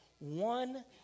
One